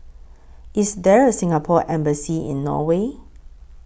IS There A Singapore Embassy in Norway